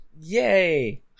Yay